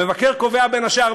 המבקר קובע בין השאר,